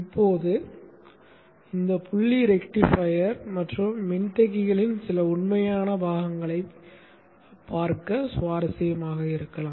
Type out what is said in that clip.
இப்போது இந்த புள்ளி ரெக்டிஃபையர் மற்றும் மின்தேக்கிகளின் சில உண்மையான பாகங்களைப் பார்க்க சுவாரஸ்யமாக இருக்கலாம்